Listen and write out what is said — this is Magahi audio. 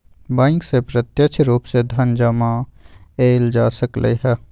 बैंक से प्रत्यक्ष रूप से धन जमा एइल जा सकलई ह